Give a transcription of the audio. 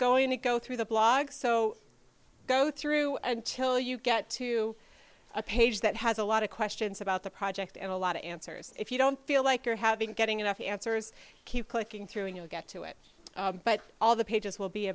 going to go through the blog so go through until you get to a page that has a lot of questions about the project and a lot of answers if you don't feel like you're having getting enough answers keep clicking through and you'll get to it but all the pages will be